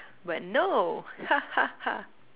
but no ha ha ha